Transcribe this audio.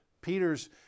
Peter's